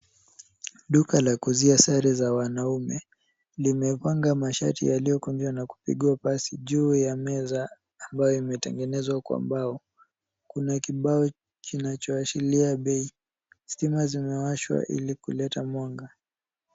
Duka la kuuzia sare za wanaume limepanga mashati yaliyokunjwa na kupigwa pasi juu ya meza ambayo imetengenezwa kwa mbao. Kuna kibao kinachoashiria bei. Stima zimewashwa ili kuleta mwanga.